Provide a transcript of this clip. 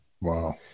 Wow